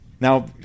Now